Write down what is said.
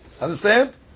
Understand